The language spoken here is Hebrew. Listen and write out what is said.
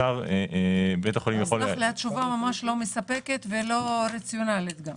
התשובה לא מספקת ולא רציונלית גם.